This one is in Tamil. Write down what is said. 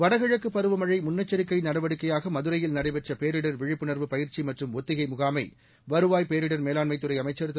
வடகிழக்கு பருவமழை முன்னெச்சரிக்கை நடவடிக்கையாக மதுரையில் நடைபெற்ற பேரிடர் விழிப்புணர்வு பயிற்சி மற்றும் ஒத்திகை முகாமை வருவாய் பேரிடர் மேலாண்மைத் துறை அமைச்சர் திரு